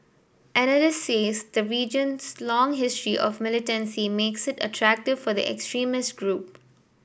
analysts says the region's long history of militancy makes it attractive for the extremist group